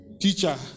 Teacher